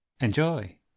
Enjoy